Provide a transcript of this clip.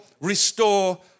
restore